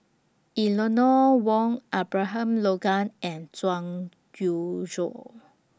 Eleanor Wong Abraham Logan and Zhang YOU Shuo